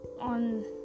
on